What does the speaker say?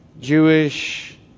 Jewish